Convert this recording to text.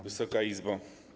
Wysoka Izbo!